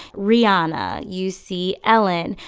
rihanna. you see ellen.